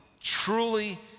truly